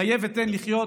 חיה ותן לחיות,